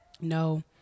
No